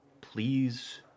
please